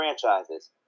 franchises